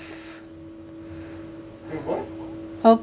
a